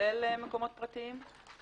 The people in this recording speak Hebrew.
מקומות פרטיים?